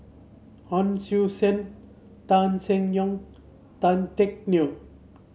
Hon Sui Sen Tan Seng Yong Tan Teck Neo